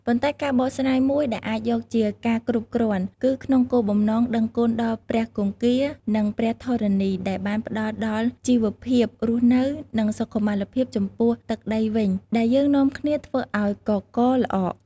ប៉ុន្តែ ការបកស្រាយមួយដែលអាចយកជាការគ្រប់គ្រាន់ គឺក្នុងគោលបំណង «ដឹងគុណដល់ព្រះគង្គា និងព្រះធរណី ដែលបានផ្តល់ដល់ជីវភាពរស់នៅ និងសុខុមាលភាពចំពោះទឹកដីវិញដែលយើងនាំគ្នាធ្វើឱ្យកករល្អក់»។